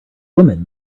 women